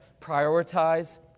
prioritize